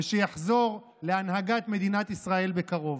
ושיחזור להנהגת מדינת ישראל בקרוב.